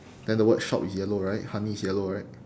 then the word shop is yellow right honey is yellow right